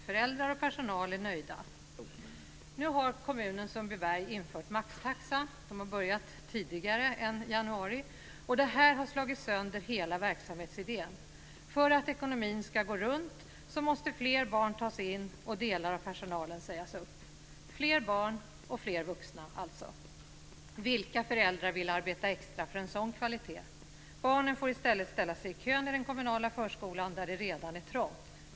Föräldrar och personal är nöjda. Man har börjat tidigare än januari. Det här har slagit sönder hela verksamhetsidén. För att ekonomin ska gå runt måste fler barn tas in och delar av personalen sägas upp. Fler barn och färre vuxna, vilka föräldrar vill arbeta extra för en sådan kvalitet? Barnen får i stället ställa sig i kö till den kommunala förskolan, där det redan är trångt.